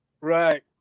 Right